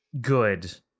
good